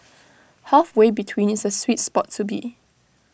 halfway between is the sweet spot to be